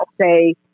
say